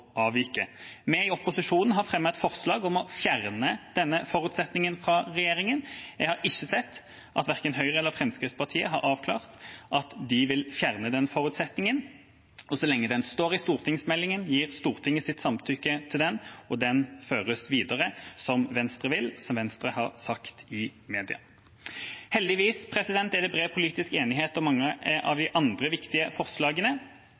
Vi i opposisjonen har fremmet et forslag om å fjerne denne forutsetningen fra regjeringa. Jeg har ikke sett at verken Høyre eller Fremskrittspartiet har avklart at de vil fjerne den forutsetningen, og så lenge den står i stortingsmeldinga, gir Stortinget sitt samtykke til den, og den føres videre som Venstre vil, som Venstre har sagt i mediene. Heldigvis er det bred politisk enighet om mange av de andre viktige forslagene